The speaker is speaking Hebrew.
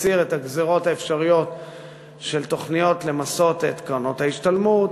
הסיר את הגזירות האפשריות של תוכניות למסות את קרנות ההשתלמות,